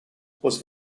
was